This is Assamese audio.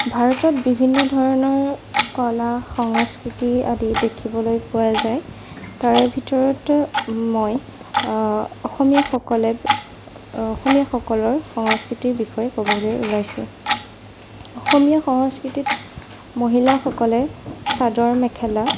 ভাৰতত বিভিন্ন ধৰণৰ কলা সংস্কৃতি আদি দেখিবলৈ পোৱা যায় তাৰে ভিতৰত মই অসমীয়াসকলে অসমীয়াসকলৰ সংস্কৃতিৰ বিষয়ে ক'বলৈ ওলাইছোঁ অসমীয়া সংস্কৃতিত মহিলাসকলে চাদৰ মেখেলা